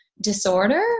disorder